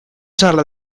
sala